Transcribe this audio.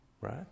Right